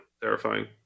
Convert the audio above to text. terrifying